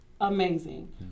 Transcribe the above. amazing